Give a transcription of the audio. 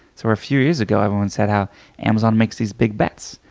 so a few years ago everyone said how amazon makes these big bets.